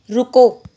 ਰੁਕੋ